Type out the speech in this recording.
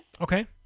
Okay